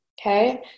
Okay